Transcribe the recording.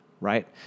right